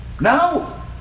No